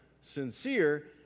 sincere